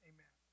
Amen